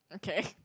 okay